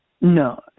No